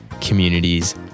communities